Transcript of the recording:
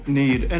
need